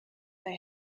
they